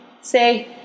Say